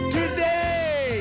Today